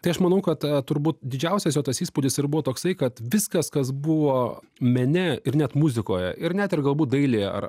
tai aš manau kad turbūt didžiausias jo tas įspūdis ir buvo toksai kad viskas kas buvo mene ir net muzikoje ir net ir galbūt dailėje ar